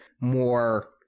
more